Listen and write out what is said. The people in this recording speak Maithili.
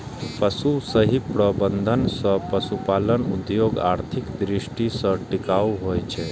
पशुक सही प्रबंधन सं पशुपालन उद्योग आर्थिक दृष्टि सं टिकाऊ होइ छै